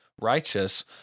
righteous